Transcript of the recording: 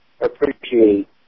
appreciate